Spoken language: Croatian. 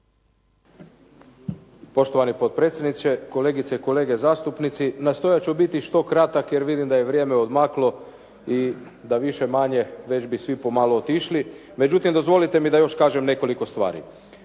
Poštovani potpredsjedniče, kolegice i kolege zastupnici. Nastojat ću biti što kratak, jer vidim da je vrijeme odmaklo i da više-manje već bi svi pomalo otišli. Međutim, dozvolite mi da još kažem nekoliko stvari.